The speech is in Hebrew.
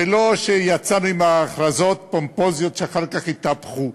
בלא שיצאנו בהכרזות פומפוזיות שאחר כך התהפכו.